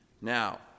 Now